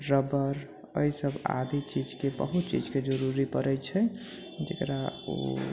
rubber अइ सभ आदि चीजके बहुत चीजके जरूरी पड़ै छै जेकरा ओ